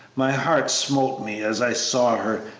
my heart smote me as i saw her,